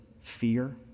fear